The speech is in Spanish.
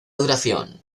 duración